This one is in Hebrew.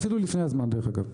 אפילו לפני הזמן, דרך אגב,